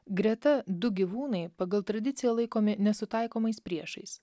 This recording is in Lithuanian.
greta du gyvūnai pagal tradiciją laikomi nesutaikomais priešais